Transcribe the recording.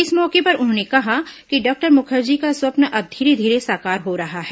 इस मौके पर उन्होंने कहा कि डॉक्टर मुखर्जी का स्वप्न अब धीरे धीरे साकार हो रहा है